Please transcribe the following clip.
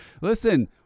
listen